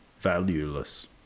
valueless